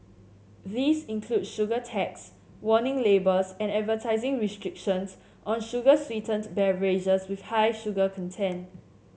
these include sugar tax warning labels and advertising restrictions on sugar sweetened beverages with high sugar content